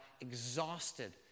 exhausted